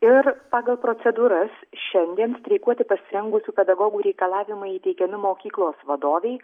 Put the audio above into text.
ir pagal procedūras šiandien streikuoti pasirengusių pedagogų reikalavimai įteikiami mokyklos vadovei